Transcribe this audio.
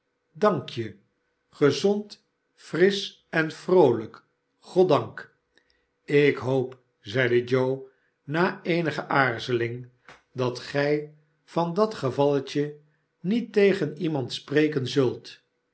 sdank je gezond frisch en vroolijk goddank ik hoop zeide joe na eenige aarzeling dat gij van dat gevalletje niettegen iemand spreken zult